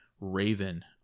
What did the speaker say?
raven